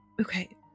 okay